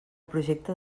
projecte